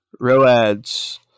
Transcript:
Roads